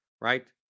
right